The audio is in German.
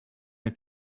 den